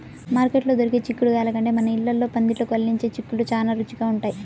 మార్కెట్లో దొరికే చిక్కుడుగాయల కంటే మన ఇళ్ళల్లో పందిళ్ళకు అల్లించే చిక్కుళ్ళు చానా రుచిగా ఉంటయ్